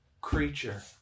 creature